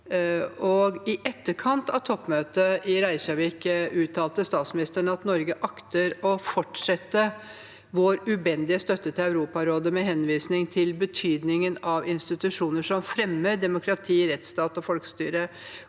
I etterkant av toppmøtet i Reykjavik uttalte statsministeren at Norge akter å fortsette vår ubendige støtte til Europarådet, med henvisning til betydningen av institusjoner som fremmer demokrati, rettsstat og folkestyre.